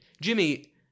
Jimmy